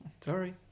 Sorry